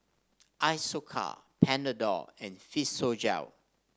Isocal Panadol and Physiogel